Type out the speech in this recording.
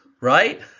right